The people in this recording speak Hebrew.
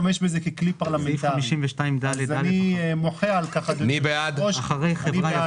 בסעיף 12(2) יבוא: "עד תום שנת 2021". מי בעד ההסתייגות?